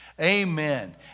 amen